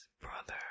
brother